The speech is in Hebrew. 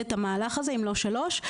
את ההכשרה שלו